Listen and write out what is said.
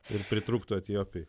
ir pritrūktų etiopijoj